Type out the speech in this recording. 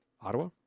Ottawa